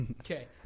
Okay